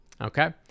okay